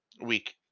week